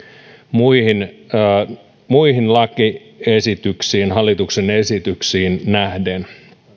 muihin muihin lakiesityksiin hallituksen esityksiin nähden